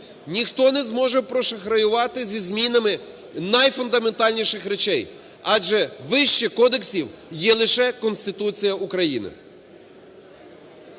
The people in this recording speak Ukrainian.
ніхто не зможе прошахраювати зі змінами найфундаментальніших речей, адже вище кодексів є лише Конституція України.